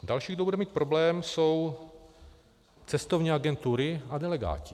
Další, kdo bude mít problém, jsou cestovní agentury a delegáti.